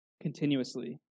Continuously